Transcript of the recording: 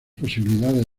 posibilidades